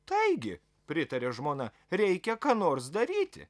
taigi pritarė žmona reikia ką nors daryti